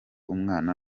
umwana